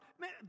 man